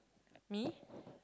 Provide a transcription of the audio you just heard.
me